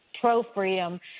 pro-freedom